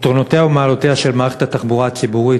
יתרונותיה ומעלותיה של מערכת התחבורה הציבורית,